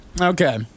Okay